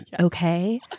Okay